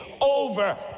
over